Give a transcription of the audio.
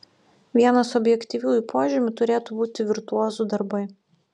vienas objektyviųjų požymių turėtų būti virtuozų darbai